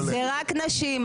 זה רק נשים,